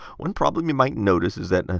one problem you might notice is that,